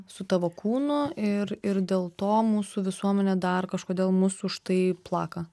su tavo kūnu ir ir dėl to mūsų visuomenė dar kažkodėl mus už tai plaka